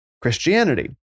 Christianity